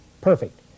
perfect